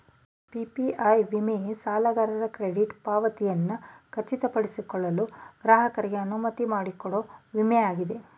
PPI ವಿಮೆ ಸಾಲಗಾರ credit ಪಾವತಿಯನ್ನ ಖಚಿತಪಡಿಸಿಕೊಳ್ಳಲು ಗ್ರಾಹಕರಿಗೆ ಅನುವುಮಾಡಿಕೊಡೊ ವಿಮೆ ಆಗಿದೆ